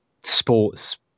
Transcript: sports